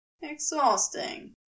exhausting